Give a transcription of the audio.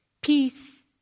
Peace